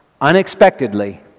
unexpectedly